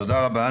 תודה רבה.